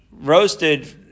roasted